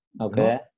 Okay